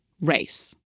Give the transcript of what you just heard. race